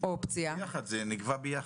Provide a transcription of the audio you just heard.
זה נקבע יחד.